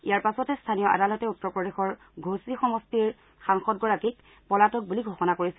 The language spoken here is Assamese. ইয়াৰ পাছতে স্থনীয় আদালতে উত্তৰ প্ৰদেশৰ ঘোছী সমষ্টিৰ সাংসদগৰাকীক পলাতক বুলি ঘোষণা কৰিছিল